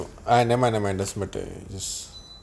uh ne~ mind never mind just